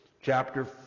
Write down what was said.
Chapter